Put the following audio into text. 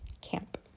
camp